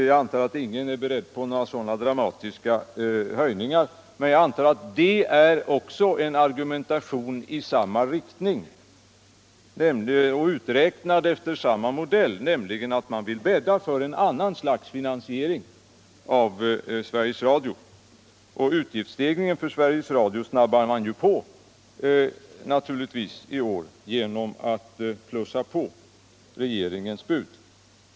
Jag antar att ingen är beredd på några sådana dramatiska höjningar, utan detta är också en argumentation i samma riktning, uträknad efter samma modell, nämligen att man vill bädda för ett annat slags finansiering av Sveriges Radio. Utgiftsstegringen för Sveriges Radio snabbar man ju på I år genom att plussa på regeringens bud.